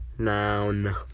noun